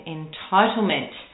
entitlement